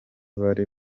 bari